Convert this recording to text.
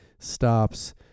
stops